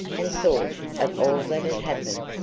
and thought of all that had happened,